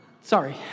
Sorry